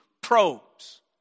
probes